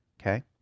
okay